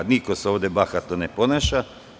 Niko se ovde bahato ne ponaša.